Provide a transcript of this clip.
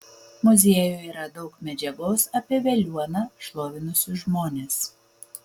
muziejuje yra daug medžiagos apie veliuoną šlovinusius žmones